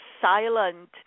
silent